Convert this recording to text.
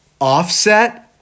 Offset